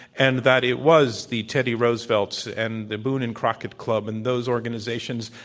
and that it was the teddy roosevelts and the boone and crockett club, and those organizations,